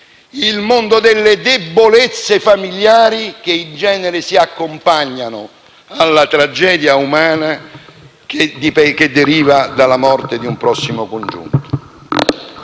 il mondo delle debolezze familiari che in genere si accompagnano alla tragedia umana che deriva dalla morte di un prossimo congiunto.